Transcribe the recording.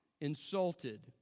insulted